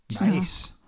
Nice